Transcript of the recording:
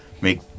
make